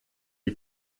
die